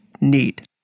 need